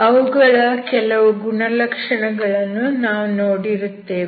ಅವುಗಳ ಕೆಲವು ಗುಣಲಕ್ಷಣಗಳನ್ನು ನಾವು ನೋಡಿರುತ್ತೇವೆ